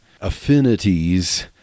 affinities